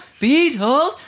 Beatles